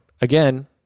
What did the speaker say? again